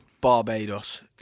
Barbados